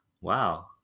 Wow